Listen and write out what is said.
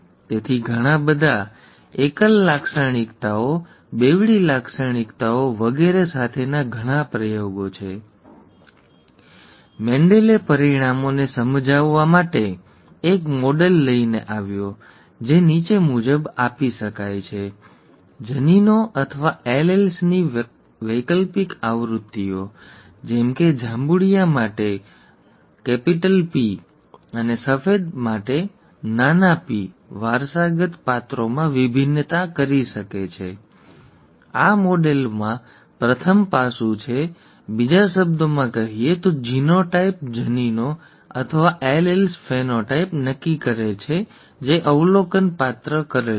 તેથી ઘણા બધા એકલ લાક્ષણિકતાઓ બેવડી લાક્ષણિકતાઓ વગેરે સાથેના ઘણા પ્રયોગો પછી મેન્ડલ પરિણામોને સમજાવવા માટે એક મોડેલ લઈને આવ્યો જે નીચે મુજબ આપી શકાય છે જનીનો અથવા એલીલ્સની વૈકલ્પિક આવૃત્તિઓ જેમ કે જાંબુડિયા માટે મૂડી પી અને સફેદ માટે નાના પી વારસાગત પાત્રોમાં ભિન્નતા નક્કી કરે છે આ મોડેલનું પ્રથમ પાસું છે બીજા શબ્દોમાં કહીએ તો જીનોટાઈપ જનીનો અથવા એલીલ્સ ફેનોટાઈપ નક્કી કરે છે જે અવલોકન કરેલું પાત્ર છે